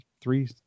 three